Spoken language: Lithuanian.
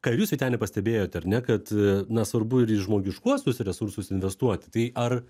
ką ir jūs vyteni pastebėjote ar ne kad na svarbu ir į žmogiškuosius resursus investuoti tai ar